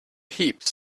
heaps